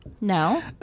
No